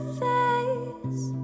face